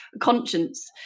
conscience